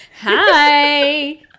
Hi